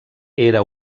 era